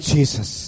Jesus